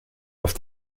auf